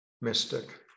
mystic